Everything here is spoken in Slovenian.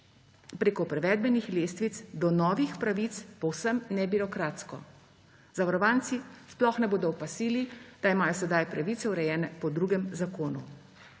preko prevedbenih lestvic do novih pravic po vsem ne birokratsko. Zavarovanci sploh ne bodo opazili, da imajo sedaj pravice urejene po drugem zakonu.